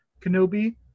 Kenobi